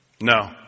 No